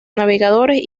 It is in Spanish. navegadores